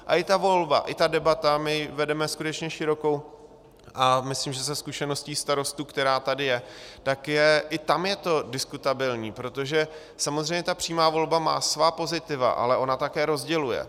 A i ta volba, i ta debata, my vedeme skutečně širokou a myslím, že ze skutečností starostů, která tady je, tak je... i tam je to diskutabilní, protože samozřejmě ta přímá volba má svá pozitiva, ale ona také rozděluje.